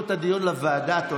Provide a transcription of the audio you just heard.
בחרתם את טיבי ואלקין,